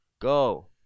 go